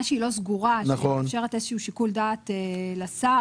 לא סגורה שמשאירה איזה שהוא שיקול דעת לשר.